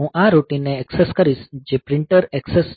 હું આ રૂટિનને એક્સેસ કરીશ જે પ્રિન્ટર એક્સેસ છે